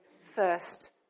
first